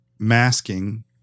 masking